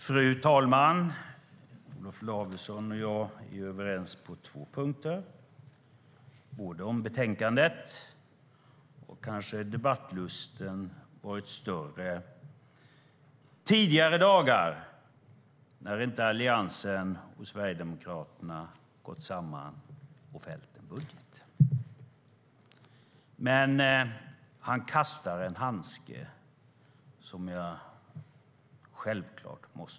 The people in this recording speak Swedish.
Fru talman! Olof Lavesson och jag är överens på två punkter - om betänkandet och om att debattlusten kanske har varit större tidigare dagar, när inte Alliansen och Sverigedemokraterna gått samman och fällt en budget. Men han kastar en handske som jag självklart måste ta upp.